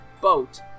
boat